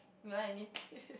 you want anything